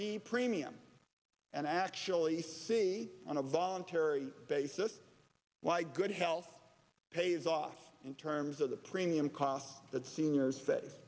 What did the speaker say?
b premium and actually see on a voluntary basis why good health pays off in terms of the premium costs that seniors face